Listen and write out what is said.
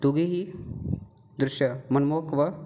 दोघेही दृश्य मनमोहक व